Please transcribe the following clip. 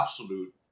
absolute